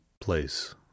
place